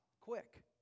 quick